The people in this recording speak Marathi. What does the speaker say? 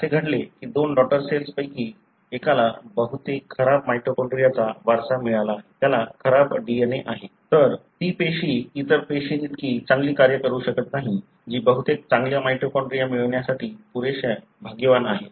असे घडले की दोन डॉटर सेल्स पैकी एकाला बहुतेक खराब माइटोकॉन्ड्रियाचा वारसा मिळाला त्याला खराब DNA आहे ती पेशी इतर पेशींइतकी चांगली कार्य करू शकत नाही जी बहुतेक चांगल्या माइटोकॉन्ड्रिया मिळवण्यासाठी पुरेसी भाग्यवान आहे